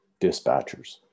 dispatchers